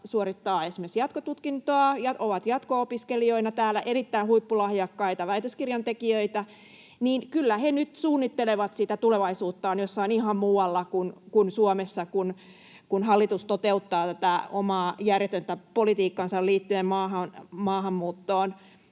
suorittavat esimerkiksi jatkotutkintoa, ovat jatko-opiskelijoina täällä, erittäin huippulahjakkaita väitöskirjantekijöitä. Kyllä he nyt suunnittelevat sitä tulevaisuuttaan jossain ihan muualla kuin Suomessa, kun hallitus toteuttaa tätä omaa järjetöntä politiikkansa liittyen maahanmuuttoon.